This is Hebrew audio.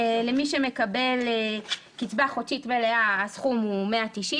למי שמקבל קצבה חודשית מלאה הסכום הוא 190 שקל.